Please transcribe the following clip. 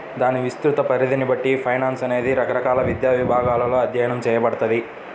దాని విస్తృత పరిధిని బట్టి ఫైనాన్స్ అనేది రకరకాల విద్యా విభాగాలలో అధ్యయనం చేయబడతది